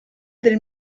del